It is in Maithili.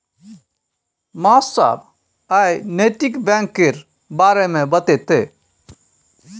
मास्साब आइ नैतिक बैंक केर बारे मे बतेतै